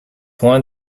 one